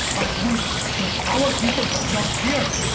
but if our people does not care,